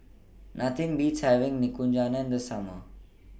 Nothing Beats having Nikujaga in The Summer